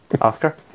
Oscar